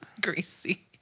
Greasy